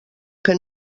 que